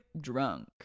drunk